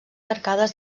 arcades